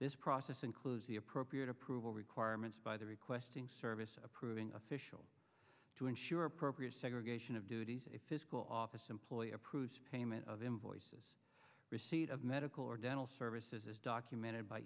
this process includes the appropriate approval requirements by the requesting service approving officials to ensure appropriate segregation of duties a physical office employee approves payment of invoices receipt of medical or dental services as documented by